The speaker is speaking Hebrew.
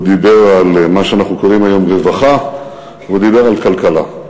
הוא דיבר על מה שאנחנו קוראים היום רווחה והוא דיבר על כלכלה.